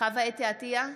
חוה אתי עטייה,